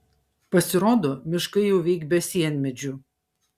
pasirodo miškai jau veik be sienmedžių